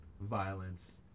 violence